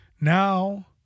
Now